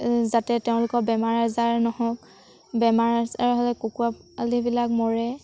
যাতে তেওঁলোকৰ বেমাৰ আজাৰ নহওক বেমাৰ আজাৰ হ'লে কুকুৰাপোৱালিবিলাক মৰে